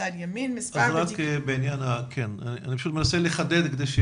אני מנסה לחדד.